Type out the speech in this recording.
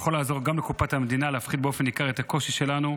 זה יכול לעזור גם לקופת המדינה להפחית באופן ניכר את הקושי שלנו,